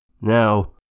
Now